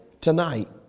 tonight